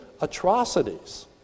atrocities